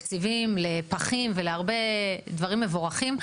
כמו תקציבים לפחים ולהרבה דברים מבורכים,